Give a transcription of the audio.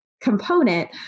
component